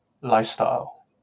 lifestyle